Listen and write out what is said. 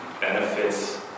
benefits